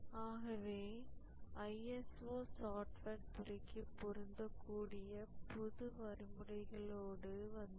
ஆகவே ISO software துறைக்கு பொருந்தக்கூடிய புது வரைமுறைகளோடு வந்தது